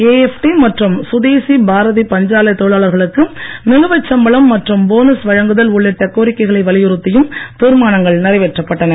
AFT மற்றும் சுதேசி பாரதி பஞ்சாலை தொழிலாளர்களுக்கு நிலவை சம்பளம் மற்றும் போனஸ் வழங்குதல் உள்ளிட்ட கோரிக்கைகளை வலியுறுத்தியும் தீர்மானங்கள் நிறைவேற்றப்பட்டன